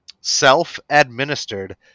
self-administered